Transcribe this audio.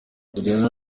juliana